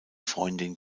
freundin